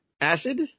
acid